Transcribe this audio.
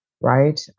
Right